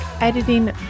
Editing